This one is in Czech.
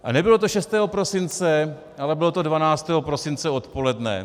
A nebylo to 6. prosince, ale bylo to 12. prosince odpoledne.